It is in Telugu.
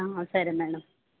సరే మ్యాడం